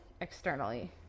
externally